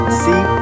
see